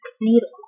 needle